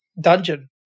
dungeon